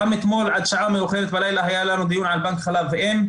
גם אתמול עד שעה מאוחרת בלילה היה לנו דיון על חלב אם.